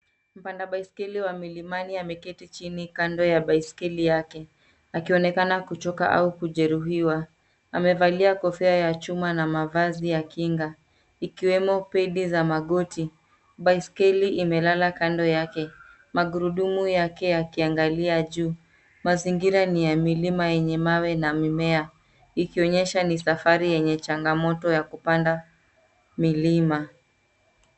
Mpanda baiskeli wa milimani ameketi chini kando ya baiskeli yake akionekana kuchoka au kujeruhiwa. Amevalia kofia ya chuma na mavazi ya kinga. Ikiwemo pedi za magoti. Baiskeli imelala kando yake. Magurudumu yake yakiangalia juu. Mazingira ni ya milima yenye mawe na mimea. Ikionyesha ni safari yenye changamoto ya kupanda milima.